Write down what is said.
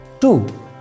Two